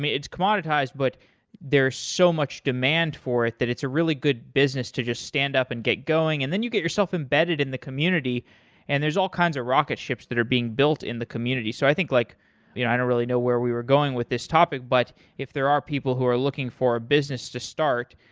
but there's so much demand for it that it's a really good business to just stand up and get going, and then you get yourself embedded in the community and there's all kinds are rocket ships that are being built in the community. so i think like you know i don't really know where we were going with this topic, but if there are people who are looking for a business to start,